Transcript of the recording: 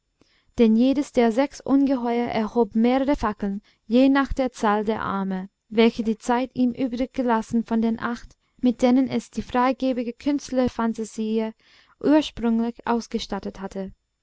denn jedes der sechs ungeheuer erhob mehrere fackeln je nach der zahl der arme welche die zeit ihm übrig gelassen von den acht mit denen es die freigebige künstlerphantasie ursprünglich ausgestattet hatte